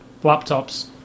laptops